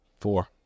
Four